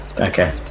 Okay